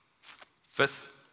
Fifth